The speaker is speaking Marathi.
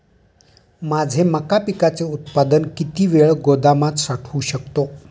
माझे मका पिकाचे उत्पादन किती वेळ गोदामात साठवू शकतो?